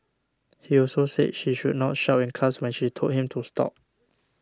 he also said she should not shout in class when she told him to stop